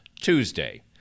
Tuesday